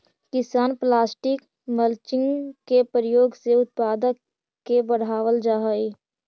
किसान plastic mulching के प्रयोग से उत्पादक के बढ़ावल जा हई